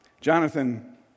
Jonathan